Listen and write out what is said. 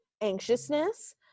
anxiousness